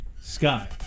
Sky